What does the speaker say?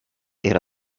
era